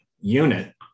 unit